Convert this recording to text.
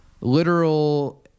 literal